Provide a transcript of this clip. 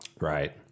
right